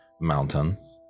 mountain